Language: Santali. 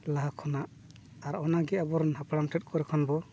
ᱞᱟᱦᱟ ᱠᱷᱚᱱᱟᱜ ᱟᱨ ᱚᱱᱟ ᱜᱮ ᱟᱵᱚᱨᱮᱱ ᱦᱟᱯᱲᱟᱢ ᱴᱷᱮᱡ ᱠᱚᱨᱮ ᱠᱷᱚᱱ ᱵᱚᱱ